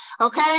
okay